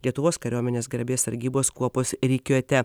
lietuvos kariuomenės garbės sargybos kuopos rikiuote